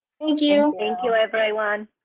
thank you. thank you, everyone.